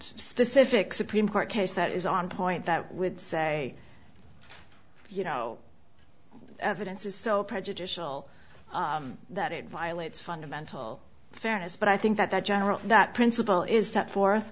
specific supreme court case that is on point that would say you know evidence is so prejudicial that it violates fundamental fairness but i think that that general that principle is that forth